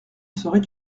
serait